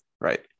Right